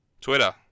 Twitter